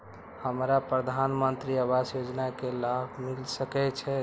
हमरा प्रधानमंत्री आवास योजना के लाभ मिल सके छे?